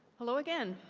hello again.